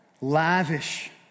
Lavish